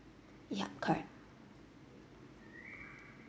ya correct